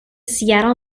seattle